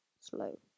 slow